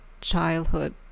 childhood